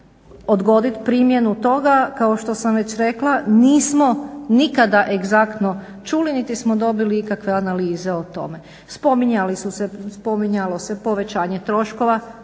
odgoditi primjenu toga? Kao što sam već rekla nismo nikada egzaktno čuli niti smo dobili nekakve analize o tome. Spominjalo se povećanje troškova,